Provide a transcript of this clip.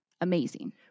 amazing